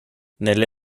nelle